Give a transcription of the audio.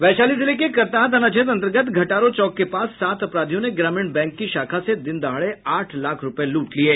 वैशाली जिले के करताहा थाना क्षेत्र अंतर्गत घटारो चौक के पास सात अपराधियों ने ग्रामीण बैंक की शाखा से दिन दहाड़े आठ लाख रुपये लूट लिये